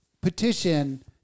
petition